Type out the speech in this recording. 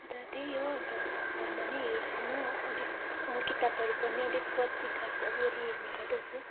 अन्त त्यही हो अन्त फोनमा नै हेर्छु म अलिक किताबहरू पनि अलिक पत्रिकाहरू चाहिँ अलिअलि हेर्ने गर्दछु